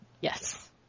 Yes